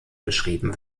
beschrieben